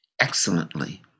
excellently